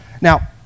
Now